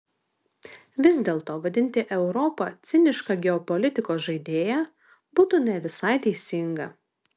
vis dėlto vadinti europą ciniška geopolitikos žaidėja būtų ne visai teisinga